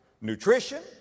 nutrition